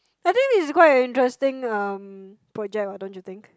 I think this is quite an interesting um project don't you think